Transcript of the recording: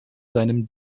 seinem